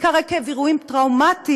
בעיקר עקב אירועים טראומטיים,